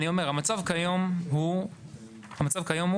המצב היום הוא שיש